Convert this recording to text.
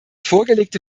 vorgelegte